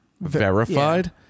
verified